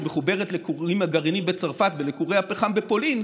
שמחוברת לכורים הגרעיניים בצרפת ולכורי הפחם בפולין,